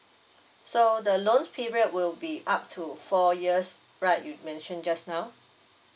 so the loan period will be up to four years right you mentioned just now